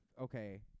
Okay